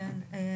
קודם כל,